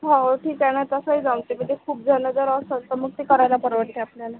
हो ठीक आहे ना तसंही जमते म्हणजे खूप जण जर असेल तर मग ते करायला परवडते आपल्याला